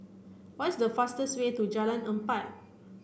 what is the fastest way to Jalan Empat